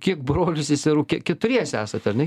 kiek brolių seserų keturiese esate ar ne